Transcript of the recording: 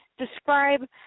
Describe